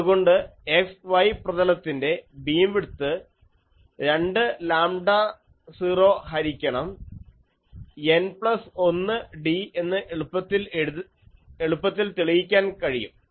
അതുകൊണ്ട് x y പ്രതലത്തിലെ beam width 2 lambda 0 ഹരിക്കണം N പ്ലസ് 1 d എന്ന് എളുപ്പത്തിൽ തെളിയിക്കാൻ കഴിയും